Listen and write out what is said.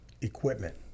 equipment